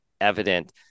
evident